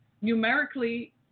numerically